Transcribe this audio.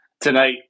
Tonight